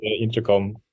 intercom